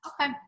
Okay